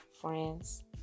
friends